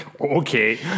okay